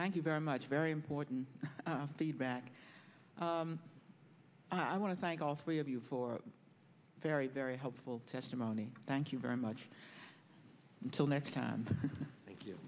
thank you very much very important feedback i want to thank all three of you for a very very helpful testimony thank you very much until next time thank you